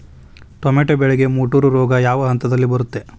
Tomato ಬೆಳೆಗೆ ಮುಟೂರು ರೋಗ ಯಾವ ಹಂತದಲ್ಲಿ ಬರುತ್ತೆ?